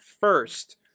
first